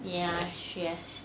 ya she has